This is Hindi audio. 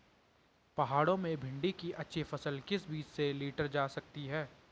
पहाड़ों में भिन्डी की अच्छी फसल किस बीज से लीटर जा सकती है?